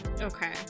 Okay